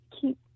keep